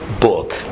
book